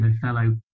fellow